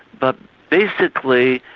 but basically,